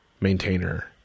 maintainer